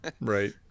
Right